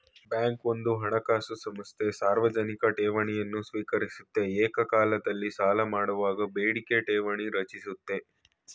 bank ಒಂದು ಹಣಕಾಸು ಸಂಸ್ಥೆ ಸಾರ್ವಜನಿಕ ಠೇವಣಿಯನ್ನು ಸ್ವೀಕರಿಸುತ್ತೆ ಏಕಕಾಲದಲ್ಲಿ ಸಾಲಮಾಡುವಾಗ ಬೇಡಿಕೆ ಠೇವಣಿ ರಚಿಸುತ್ತೆ